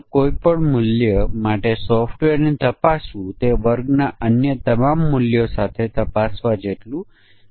0 થી 15 દિવસ 15 થી 180 દિવસ 180 થી 1 વર્ષ અને 1 વર્ષ પરંતુ 3 વર્ષથી ઓછું 3 વર્ષ અને તેથી વધુ